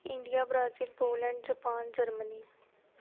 India Brazil Poland Japan Germany